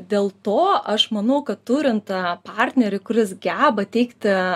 dėl to aš manau kad turint tą partnerį kuris geba teikti